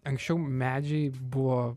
anksčiau medžiai buvo